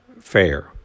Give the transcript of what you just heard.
fair